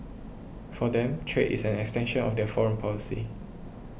for them trade is an extension of their foreign policy